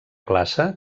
classe